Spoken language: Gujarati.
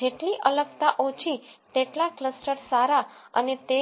જેટલી અલગતા ઓછી તેટલા ક્લસ્ટર સારા અને તે